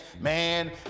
man